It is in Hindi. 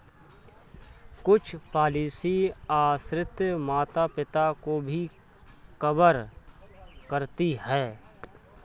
कुछ पॉलिसी आश्रित माता पिता को भी कवर करती है